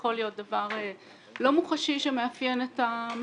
הוא יכול להיות דבר לא מוחשי שמאפיין את המשלם.